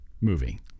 movie